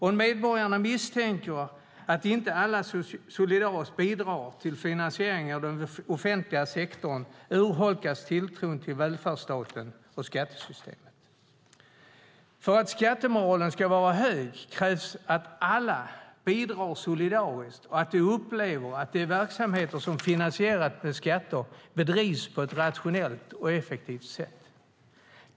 Om medborgarna misstänker att inte alla solidariskt bidrar till finansieringen av den offentliga sektorn urholkas tilltron till välfärdsstaten och skattesystemet. För att skattemoralen ska vara hög krävs att alla bidrar solidariskt och att de upplever att de verksamheter som finansieras med skatter bedrivs på ett rationellt och effektivt sätt.